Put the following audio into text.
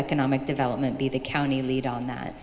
economic development be the county lead on